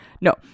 No